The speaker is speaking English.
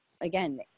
again